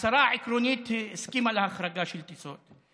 השרה הסכימה עקרונית להחרגה של טיסות.